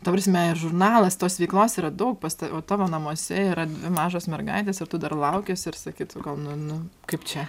ta prasme ir žurnalas tos veiklos yra daug pas tave o tavo namuose yra mažos mergaitės ir tu dar laukiesi ir sakai tu gal nu nu kaip čia